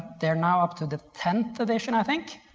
they're now up to the tenth edition i think.